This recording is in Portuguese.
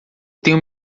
tenho